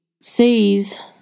sees